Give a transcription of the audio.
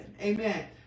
Amen